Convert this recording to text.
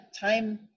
time